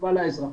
תקווה לאזרח.